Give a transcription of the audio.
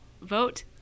Vote